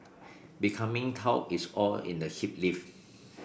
becoming taut is all in the hip lift